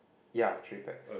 ya three pax